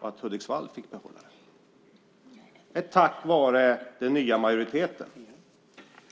och att Hudiksvall fick behålla sin. Så är det de facto tack vare den nya majoriteten.